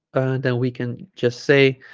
then we can just say